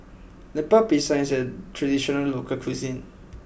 Lemper Pisang is a traditional local cuisine